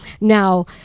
Now